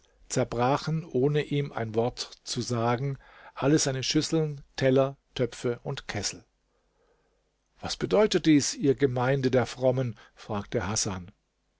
zerbrachen ohne ihm ein wort zu sagen alle seine schüsseln teller töpfe und kessel was bedeutet dies ihr gemeinde der frommen fragte hasan